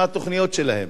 מה התוכניות שלהם,